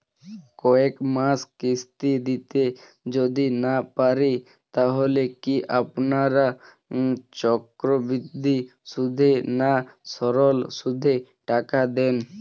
কয়েক মাস কিস্তি দিতে যদি না পারি তাহলে কি আপনারা চক্রবৃদ্ধি সুদে না সরল সুদে টাকা দেন?